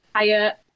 Hiya